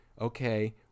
okay